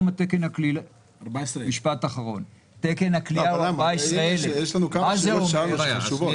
תקן הכליאה היום הוא 14,000. יש כמה שאלות שלא קיבלנו תשובות.